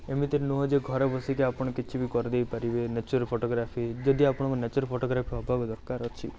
ଏମିତି ନୁହଁ ଯେ ଘରେ ବସିକି ଆପଣ କିଛି ବି କରିଦେଇପାରିବେ ଏ ନେଚର୍ ଫଟୋଗ୍ରାଫି ଯଦି ଆପଣଙ୍କୁ ନେଚର୍ ଫଟୋଗ୍ରାଫି ହେବାକୁ ଦରକାର ଅଛି